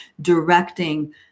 directing